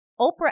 Oprah